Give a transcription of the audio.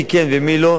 מי כן ומי לא,